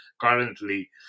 currently